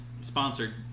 Sponsored